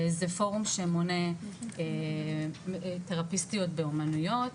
זה פורום שמונה תרפיסטיות באומנויות,